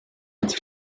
het